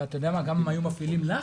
ואתה יודע מה, גם אם היו מפעילים לחץ.